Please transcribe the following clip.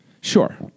Sure